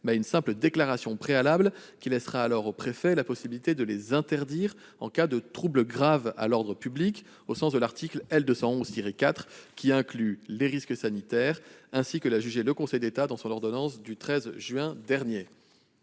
mais à une simple déclaration préalable. Le préfet aurait dès lors la possibilité de les interdire en cas de troubles graves à l'ordre public, au sens de l'article L. 211-4, lequel inclut les risques sanitaires, comme l'a jugé le Conseil d'État dans son ordonnance du 13 juin dernier.